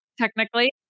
technically